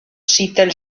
seattle